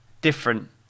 different